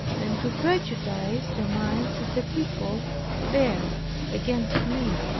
and to prejudice the minds of the people there against me,